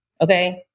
okay